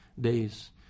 days